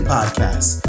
Podcast